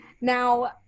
now